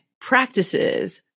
practices